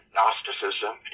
Gnosticism